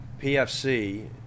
PFC